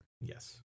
Yes